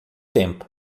tempo